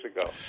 ago